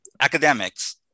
academics